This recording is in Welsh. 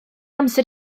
amser